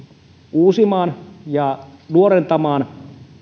uusimaan ja nuorentamaan